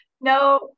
no